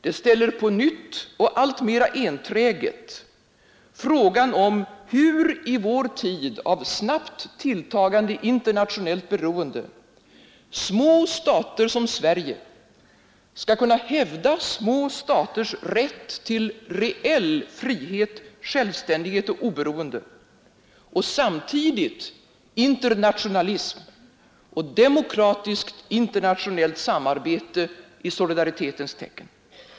Det ställer på nytt, och alltmera enträget, frågan om: hur, i vår tid av snabbt tilltagande internationellt beroende, små stater som Sverige skall kunna hävda små staters rätt till reell frihet, självständighet och oberoende och samtidigt internationalism och demokratiskt internationellt samarbete i solidaritetens tecken.